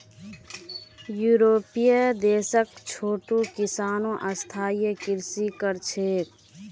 यूरोपीय देशत छोटो किसानो स्थायी कृषि कर छेक